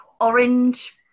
orange